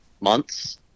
months